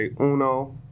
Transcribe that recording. uno